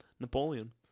Napoleon